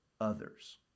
others